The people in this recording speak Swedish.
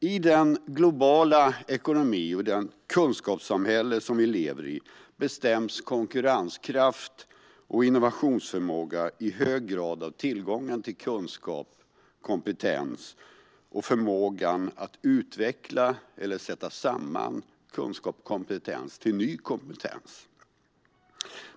I den globala ekonomin och det kunskapssamhälle vi lever i bestäms konkurrenskraft och innovationsförmåga i hög grad av tillgången till kunskap och kompetens och förmågan att utveckla eller sätta samman dem till ny kompetens.